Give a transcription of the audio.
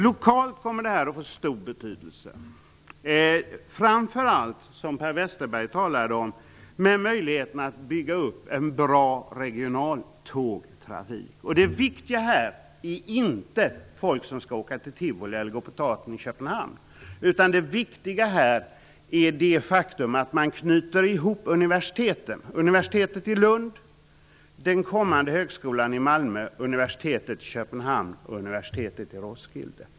Detta kommer att få stor betydelse lokalt, framför allt genom möjligheterna att bygga upp en bra regionaltågtrafik, som Per Westerberg talade om. Det viktiga här är inte folk som skall åka till Tivoli i Köpenhamn. Det viktiga är det faktum att man knyter ihop universiteten, dvs. universitetet i Lund, den kommande högskolan i Malmö, universitetet i Köpenhamn och universitetet i Roskilde.